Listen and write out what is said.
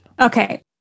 Okay